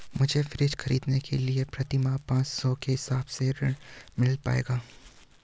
मुझे फ्रीज खरीदने के लिए प्रति माह पाँच सौ के हिसाब से ऋण मिल पाएगा?